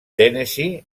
tennessee